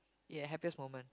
ya happiest moment